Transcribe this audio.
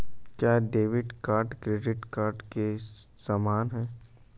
क्या debit card credit card के समान है?